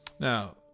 Now